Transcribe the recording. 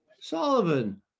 Sullivan